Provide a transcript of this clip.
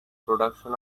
production